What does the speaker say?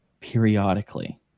periodically